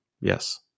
yes